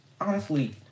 honestly-